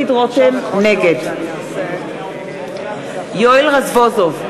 נגד יואל רזבוזוב,